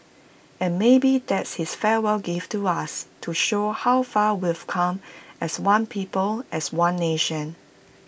and maybe that's his farewell gift to us to show how far we've come as one people as one nation